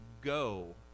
go